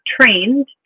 trained